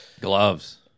Gloves